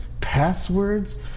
passwords